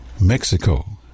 Mexico